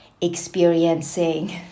experiencing